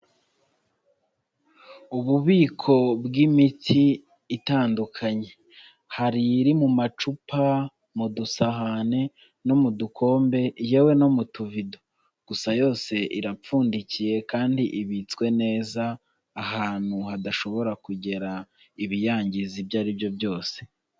Ububiko bw'imisi itandukanye. Hari iri mu macupa, mu dusahane no mu dukombe, yewe no mu tuvido. Gusa yose irapfundikiye kandi ibitswe neza ahantu hadashobora kugera ibiyangiza ibyo ari byo byose.